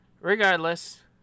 regardless